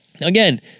Again